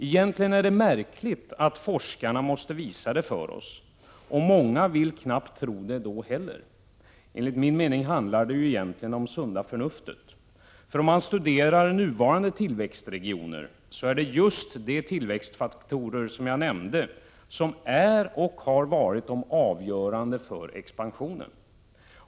Egentligen är det märkligt att forskarna måste visa det för oss, och många vill knappt tro det då heller. Enligt min mening handlar det egentligen om sunda förnuftet. Om man studerar nuvarande tillväxtregioner finner man, att det är just de tillväxtfaktorer jag nämnde som är och har varit de avgörande för expansionen.